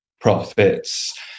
profits